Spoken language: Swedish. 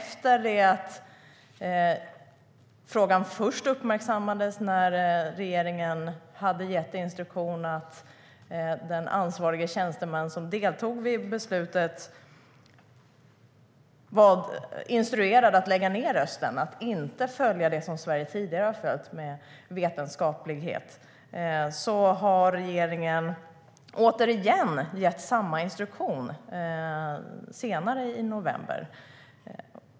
Frågan uppmärksammades först när regeringen hade gett instruktion till den ansvariga tjänstemannen som deltog i beslutet om att lägga ned rösten, att inte följa det som Sverige tidigare har följt när det gäller vetenskaplighet. Nu gav regeringen återigen samma instruktion senare i november.